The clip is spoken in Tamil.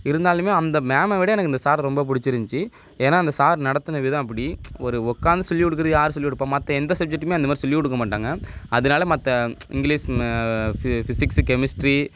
இருந்தாலுமே அந்த மேமை விட எனக்கு இந்த சாரை ரொம்ப பிடிச்சிருந்ச்சு ஏன்னா அந்த சார் நடத்தின விதம் அப்படி ஒரு உக்காந்து சொல்லிக் கொடுக்கறது யார் சொல்லிக் கொடுப்பா மற்ற எந்த சப்ஜெக்ட்டுமே அந்த மாதிரி சொல்லிக் கொடுக்கமாட்டாங்க அதனால மற்ற இங்கிலீஷ் ம ஃபி ஃபிஸிக்ஸு கெமிஸ்ட்ரி